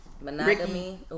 Monogamy